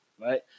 Right